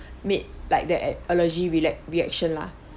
made like the a~ allergy relac~ reaction lah